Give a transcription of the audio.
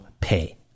pay